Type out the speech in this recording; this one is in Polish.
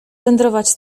wędrować